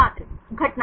छात्र घटना